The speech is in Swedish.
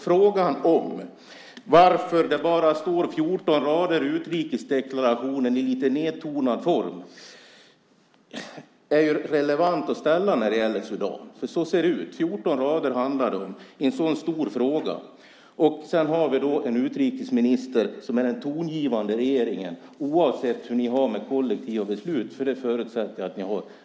Frågan varför det bara står 14 rader i utrikesdeklarationen i lite nedtonad form om Sudan är relevant att ställa. Så ser det ut. 14 rader handlar det om, i en så stor fråga. Sedan har vi då en utrikesminister som är tongivande i regeringen, oavsett hur ni har det med kollektiva beslut - det förutsätter jag att ni har.